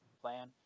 plan